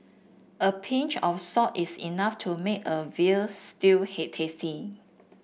a pinch of salt is enough to make a veal stew he tasty